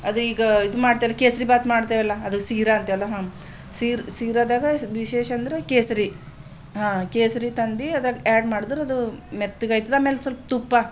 ಅದು ಈಗ ಇದು ಮಾಡ್ತಾರೆ ಕೇಸರಿಬಾತ್ ಮಾಡ್ತೇವಲ್ಲ ಅದು ಸಿರ ಅಂತೆಲ್ಲ ಹಾ ಸಿರ ಸಿರದಾಗ ವಿಶೇಷ ಅಂದರೆ ಕೇಸರಿ ಹಾಂ ಕೇಸರಿ ತಂದು ಅದ್ರಾಗ ಆ್ಯಡ್ ಮಾಡಿದ್ರದು ಮೆತ್ತಗಾಯ್ತದ ಆಮೇಲೆ ಸ್ವಲ್ಪ ತುಪ್ಪ